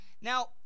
Now